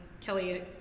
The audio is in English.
Kelly